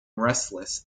restless